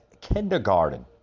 kindergarten